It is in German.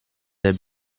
der